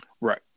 Right